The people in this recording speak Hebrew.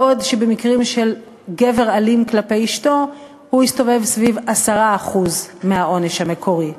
בעוד שבמקרים של גבר אלים כלפי אשתו הוא הסתובב סביב 10% מהעונש המקורי.